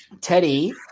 Teddy